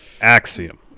axiom